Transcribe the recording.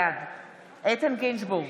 בעד איתן גינזבורג,